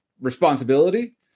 responsibility